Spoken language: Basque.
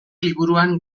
liburuan